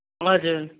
हजुर